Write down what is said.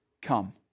come